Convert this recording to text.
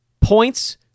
points